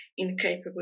incapable